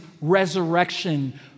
resurrection